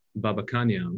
Babakanyam